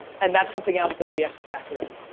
and that's something else that we have to factor in.